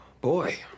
Boy